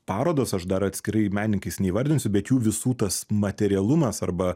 parodos aš dar atskirai menininkais neįvardinsiu bet visų tas materialumas arba